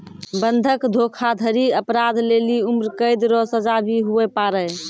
बंधक धोखाधड़ी अपराध लेली उम्रकैद रो सजा भी हुवै पारै